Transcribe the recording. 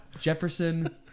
Jefferson